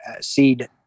seed